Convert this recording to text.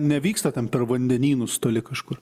nevyksta ten per vandenynus toli kažkur